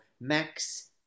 Max